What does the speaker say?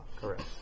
Correct